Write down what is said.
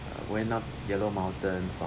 going up yellow mountain